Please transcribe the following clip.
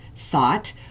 Thought